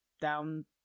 down